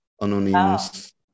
anonymous